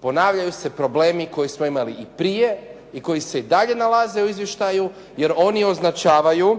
ponavljaju se problemi koje smo imali i prije i koji se i dalje nalaze u izvještaju jer oni označavaju